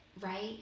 right